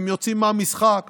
הם יוצאים מהמשחק,